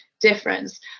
difference